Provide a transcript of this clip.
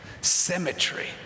Symmetry